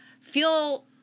feel